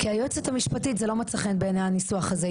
כי היועצת המשפטית זה לא מצא חן בעיניה הניסוח הזה.